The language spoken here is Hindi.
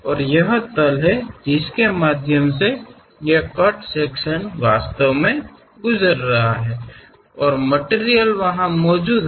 और यह तल हैं जिसके माध्यम से यह कट सेक्शन वास्तव में गुजर रहा है और मटिरियल वहां मौजूद है